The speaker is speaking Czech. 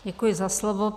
Děkuji za slovo.